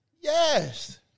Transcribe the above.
Yes